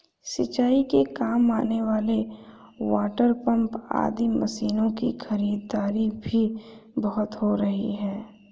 सिंचाई के काम आने वाले वाटरपम्प आदि मशीनों की खरीदारी भी बहुत हो रही है